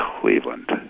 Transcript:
Cleveland